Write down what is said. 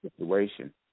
situation